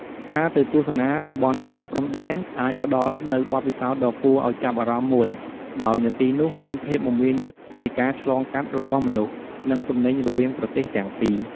ការទៅទស្សនា តំបន់ច្រកព្រំដែន អាចផ្តល់នូវបទពិសោធន៍ដ៏គួរឱ្យចាប់អារម្មណ៍មួយ ដោយនៅទីនោះមានភាពមមាញឹកនៃការឆ្លងកាត់របស់មនុស្ស និងទំនិញរវាងប្រទេសទាំងពីរ។